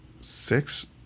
six